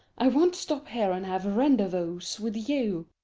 i won't stop here and have rendezvous's with you.